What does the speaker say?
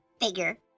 figure